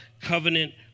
covenant